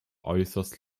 äußerst